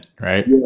right